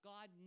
God